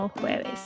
jueves